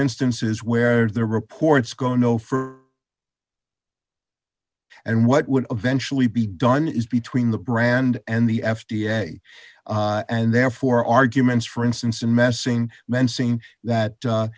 instances where the reports go no for and what would eventually be done is between the brand and the f d a and therefore arguments for instance in messing mensing that